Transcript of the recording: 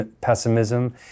pessimism